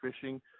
fishing